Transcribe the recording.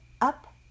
up